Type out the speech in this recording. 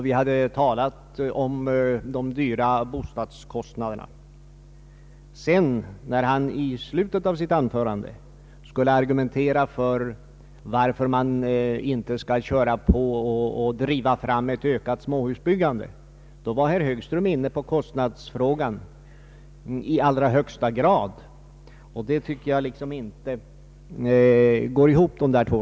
Vi hade talat om de höga bostadskostnaderna. När herr Högström sedan i slutet av sitt anförande skulle argumentera för att man inte skall driva fram ett ökat småhusbyggande, kom han i allra högsta grad in på kostnadsfrågan. Det tycker jag liksom inte går ihop.